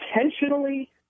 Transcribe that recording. intentionally